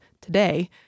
today